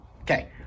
okay